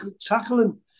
tackling